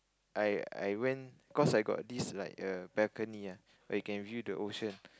I I went cause I got this like a balcony ah where you can view the ocean